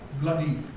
bloody